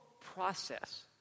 process